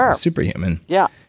um super human. yeah